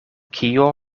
kio